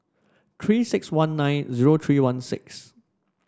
Three six one nine zero three one six